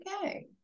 Okay